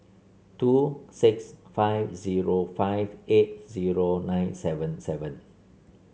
two six five zero five eight zero nine seven seven